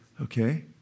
okay